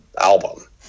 album